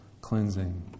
cleansing